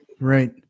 Right